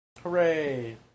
hooray